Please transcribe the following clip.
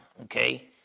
okay